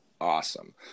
awesome